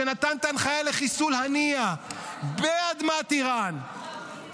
שנתן את ההנחיה לחיסול הנייה באדמת איראן,